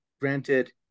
Granted